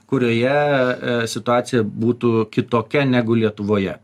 kurioje situacija būtų kitokia negu lietuvoje